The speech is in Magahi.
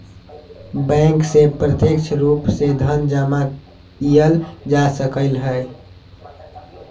बैंक से प्रत्यक्ष रूप से धन जमा एइल जा सकलई ह